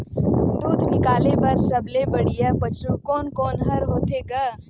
दूध निकाले बर सबले बढ़िया पशु कोन कोन हर होथे ग?